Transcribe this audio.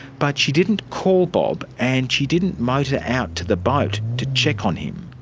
but she didn't call bob, and she didn't motor out to the boat to check on him.